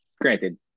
granted